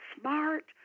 smart